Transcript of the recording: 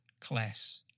class